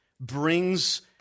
brings